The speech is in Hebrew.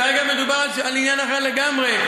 כרגע מדובר על עניין אחר לגמרי,